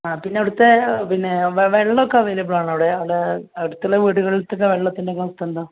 ആ പിന്നെ അവിടുത്തെ പിന്നെ വെള്ളം ഒക്കെ അവൈലബിൾ ആണോ അവിടെ അവിടെ അടുത്തുള്ള വീടുകളിൽ ഒക്കെ വെള്ളത്തിനൊക്കെ ബുദ്ധിമുട്ടുണ്ടോ